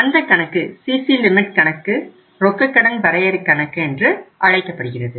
அந்த கணக்கு CC limit கணக்கு ரொக்கக்கடன் வரையறை கணக்கு என்று அழைக்கப்படுகிறது